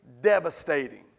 devastating